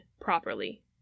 properly